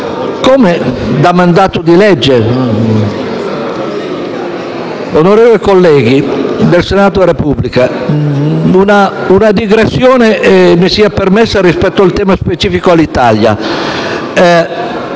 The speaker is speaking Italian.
come da mandato di legge. Onorevoli colleghi del Senato della Repubblica, una digressione mi sia permessa rispetto al tema specifico Alitalia: